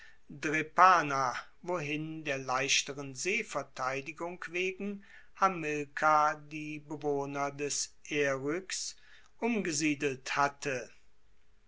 drepana wohin der leichteren seeverteidigung wegen hamilkar die bewohner des eryx uebergesiedelt hatte